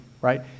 right